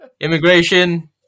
Immigration